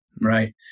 right